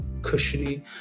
cushiony